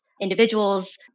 individuals